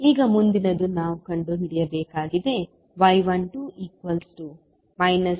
ಈಗ ಮುಂದಿನದು ನಾವು ಕಂಡುಹಿಡಿಯಬೇಕಾಗಿದೆ y12 0